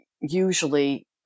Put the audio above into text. usually